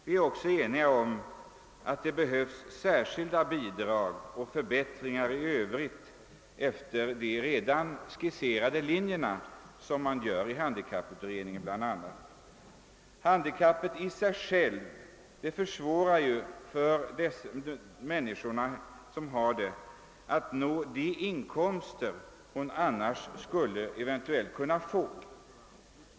Vi är också på det klara med att det behövs särskilda bidrag och förbättringar i övrigt efter de bl.a. i handikapputredningen skisserade riktlinjerna. Men handikappet i sig självt försvårar för dem som drabbats därav att nå de inkomster som de eventuellt skulle kunna få om de inte vore handikappade.